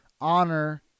honor